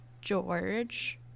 George